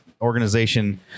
organization